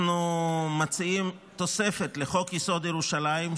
אנחנו מציעים תוספת לחוק-יסוד: ירושלים,